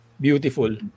Beautiful